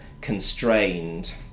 constrained